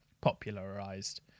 popularized